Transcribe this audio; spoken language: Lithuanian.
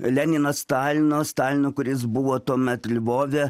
lenino stalino stalino kuris buvo tuomet lvove